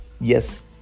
Yes